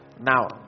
now